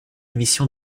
émission